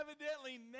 evidently